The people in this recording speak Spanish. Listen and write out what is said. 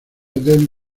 del